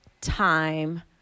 time